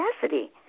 capacity